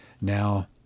now